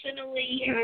personally